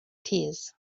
tears